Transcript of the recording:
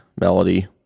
melody